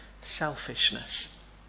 selfishness